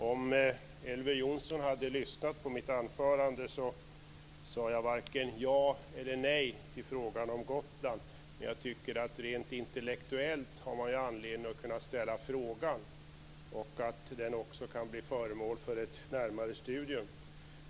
Om Elver Jonsson hade lyssnat till mitt anförande hade han hört att jag inte sade vare sig ja eller nej till frågan om Gotland, men jag tycker att man rent intellektuellt har anledning att ställa frågan och att den också kan bli föremål för ett närmare studium.